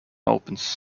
opens